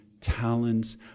talents